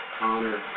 honor